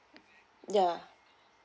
yeah